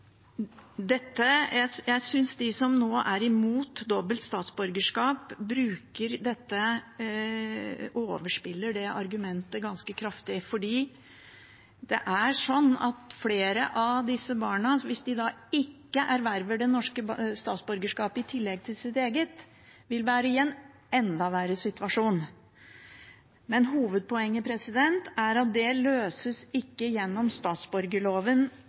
dette argumentet ganske kraftig, for det er slik at flere av disse barna, hvis de da ikke erverver det norske statsborgerskapet i tillegg til sitt eget, vil være i en enda verre situasjon. Men hovedpoenget er at dette ikke løses gjennom statsborgerlovens bestemmelser. Jeg hører denne undertonen hele tiden, særlig fra Senterpartiet, om at det